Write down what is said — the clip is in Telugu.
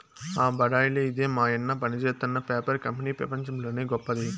ఆ బడాయిలే ఇదే మాయన్న పనిజేత్తున్న పేపర్ కంపెనీ పెపంచంలోనే గొప్పది